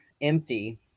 empty